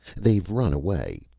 they've run away.